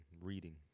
reading